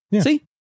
See